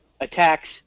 attacks